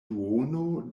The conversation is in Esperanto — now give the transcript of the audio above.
duono